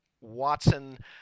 Watson